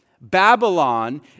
Babylon